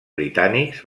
britànics